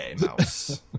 Mouse